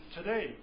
Today